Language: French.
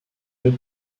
deux